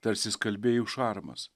tarsi skalbėjų šarmas